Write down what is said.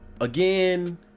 again